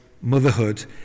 motherhood